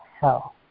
hell